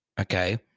Okay